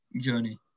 journey